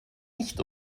nicht